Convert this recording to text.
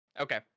Okay